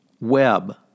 web